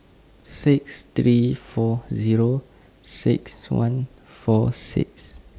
six three four Zero six one four six